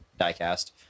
Diecast